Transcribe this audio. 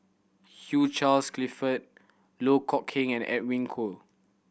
Hugh Charles Clifford Loh Kok Heng and Edwin Koek